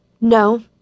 No